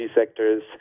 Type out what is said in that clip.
sectors